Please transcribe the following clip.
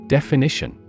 Definition